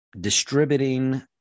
distributing